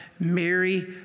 Mary